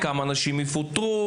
כמה אנשים יפוטרו,